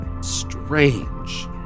strange